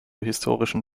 historischen